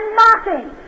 mocking